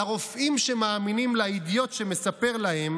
לרופאים שמאמינים לאידיוט שמספר להם